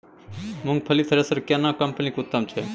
मूंगफली थ्रेसर केना कम्पनी के उत्तम छै?